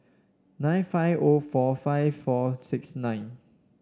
nine five O four five four six nine